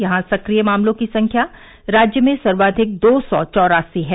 यहां सक्रिय मामलों की संख्या राज्य में सर्वाधिक दो सौ चौरासी है